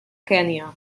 kenya